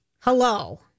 Hello